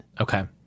Okay